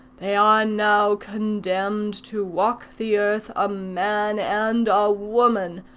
they are now condemned to walk the earth, a man and a woman,